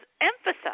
emphasize